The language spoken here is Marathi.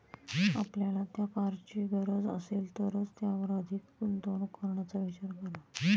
आपल्याला त्या कारची गरज असेल तरच त्यावर अधिक गुंतवणूक करण्याचा विचार करा